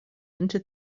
into